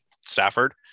stafford